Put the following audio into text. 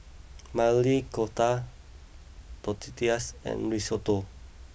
Maili Kofta Tortillas and Risotto